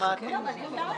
מבקשת לשאול שאלה.